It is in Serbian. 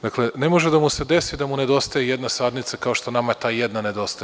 Dakle, ne može da mu se desi da mu nedostaje jedna sadnica kao što nama ta jedna nedostaje.